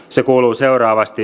se kuuluu seuraavasti